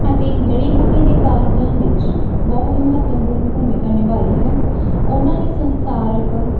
ਅਤੇ ਜੜੀ ਬੂਟੀ ਦੇ ਕਾਰਜਾਂ ਵਿੱਚ ਬਹੁਤ ਮਹੱਤਵਪੂਰਨ ਭੂਮਿਕਾ ਨਿਭਾਈ ਹੈ ਉਹਨਾਂ ਨੇ ਸੰਸਾਰਕ ਪ੍ਰੀਤੀ ਰਿਵਾ